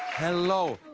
hello.